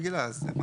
עזוב עכשיו רגע את